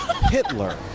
Hitler